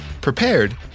prepared